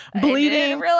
Bleeding